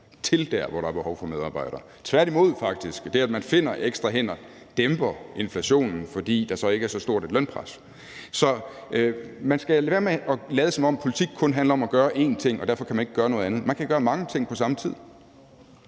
steder, hvor der er behov for medarbejdere, faktisk tværtimod. Det, at man finder ekstra hænder, dæmper inflationen, fordi der så ikke er så stort et lønpres. Så man skal lade være med at lade, som om politik kun handler om at gøre én ting, og at man derfor ikke kan gøre noget andet. Man kan gøre mange ting på samme tid.